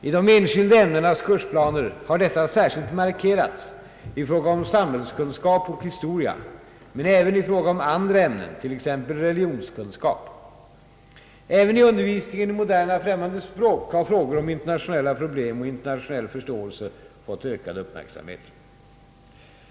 I de enskilda ämnenas kursplaner har detta särskilt markerats i fråga om samhällskunskap och historia men även i fråga om andra ämnen t.ex. religionskunskap. även i undervisningen i moderna främmande språk har frågor om internationella problem och internationell förståelse fått ökad uppmärksamhet.